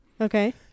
Okay